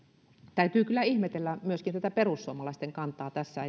täytyy kyllä ihmetellä myöskin perussuomalaisten kantaa tässä